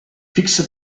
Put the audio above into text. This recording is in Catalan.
fixa